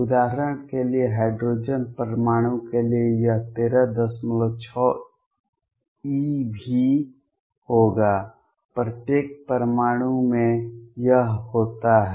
उदाहरण के लिए हाइड्रोजन परमाणु के लिए यह 136 eV होगा प्रत्येक परमाणु में यह होता है